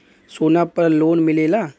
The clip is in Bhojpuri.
सोना पर लोन मिलेला?